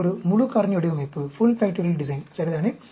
இது ஒரு முழு காரணி வடிவமைப்பு சரிதானே